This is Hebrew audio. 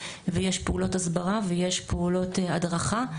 ויש פעולות הסברה ויש פעולות הדרכה.